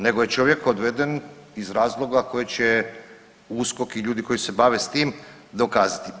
Nego je čovjek odveden iz razloga koje će USKOK i ljudi koji se bave s tim dokazati.